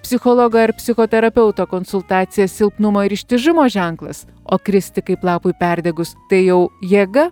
psichologo ar psichoterapeuto konsultacija silpnumo ir ištižimo ženklas o kristi kaip lapui perdegus tai jau jėga